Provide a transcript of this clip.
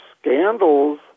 scandals